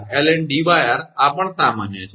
તેથી 𝑟ln𝐷𝑟 આ પણ સામાન્ય છે